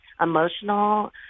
emotional